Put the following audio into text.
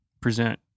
present